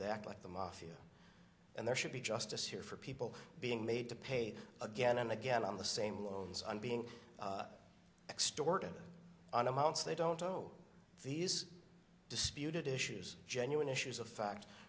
they act like the mafia and there should be justice here for people being made to pay again and again on the same loans and being extorted on amounts they don't owe these disputed issues genuine issues of fact